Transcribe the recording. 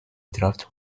draft